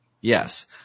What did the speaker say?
Yes